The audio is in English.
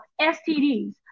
STDs